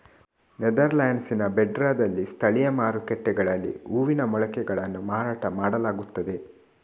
ನೆದರ್ಲ್ಯಾಂಡ್ಸಿನ ಬ್ರೆಡಾದಲ್ಲಿನ ಸ್ಥಳೀಯ ಮಾರುಕಟ್ಟೆಯಲ್ಲಿ ಹೂವಿನ ಮೊಳಕೆಗಳನ್ನು ಮಾರಾಟ ಮಾಡಲಾಗುತ್ತದೆ